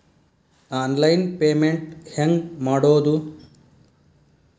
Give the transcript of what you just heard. Online payment ಹೆಂಗ್ ಮಾಡೋದು?